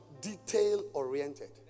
detail-oriented